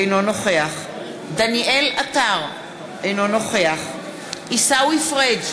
אינו נוכח דניאל עטר, אינו נוכח עיסאווי פריג'